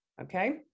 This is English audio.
Okay